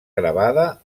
gravada